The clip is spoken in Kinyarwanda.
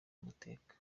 amateka